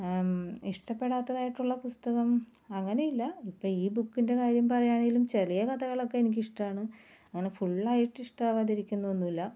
ഇഷ്ടപ്പെടാത്തതായിട്ടുള്ള പുസ്തകം അങ്ങനെയില്ല ഇപ്പോൾ ഈ ബുക്കിന്റെ കാര്യം പറയുവാണെങ്കിലും ചെറിയ കഥകളൊക്കെ എനിക്ക് ഇഷ്ടമാണ് അങ്ങനെ ഫുൾ ആയിട്ട് ഇഷ്ടം ആവാതെ ഇരിക്കുന്നൊന്നുമില്ല